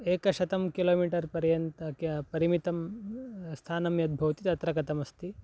एकशतं किलोमीटर् पर्यन्तं क्या परिमितं स्थानं यद्भवति तत्र गतमस्ति